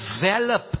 Develop